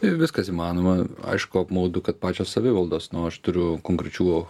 viskas įmanoma aišku apmaudu kad pačios savivaldos nu aš turiu konkrečių